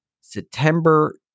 September